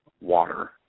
water